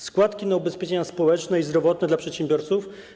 Składki na ubezpieczenia społeczne i zdrowotne dla przedsiębiorców?